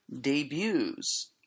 debuts